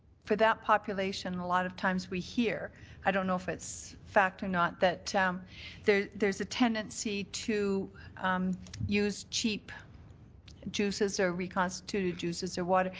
for that population, a lot of times we hear i don't know if it's fact or not, that um there's a tendency to use cheap juices or reconstituted juices or water.